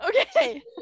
Okay